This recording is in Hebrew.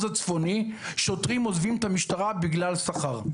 הצפוני שוטרים עוזבים את המשטרה בגלל שכר.